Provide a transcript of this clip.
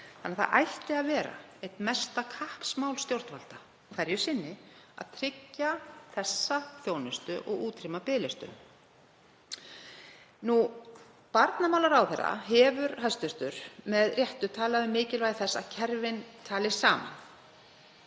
allir. Það ætti að vera eitt mesta kappsmál stjórnvalda hverju sinni að tryggja þessa þjónustu og útrýma biðlistum. Hæstv. barnamálaráðherra hefur með réttu talað um mikilvægi þess að kerfin tali saman.